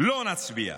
לא נצביע.